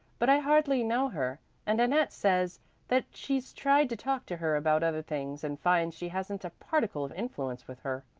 but i hardly know her and annette says that she's tried to talk to her about other things and finds she hasn't a particle of influence with her.